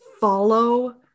follow